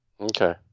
Okay